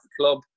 club